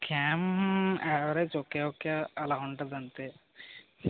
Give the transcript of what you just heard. cam average okay okay అలా ఉంటుందంతే